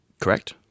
Correct